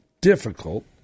difficult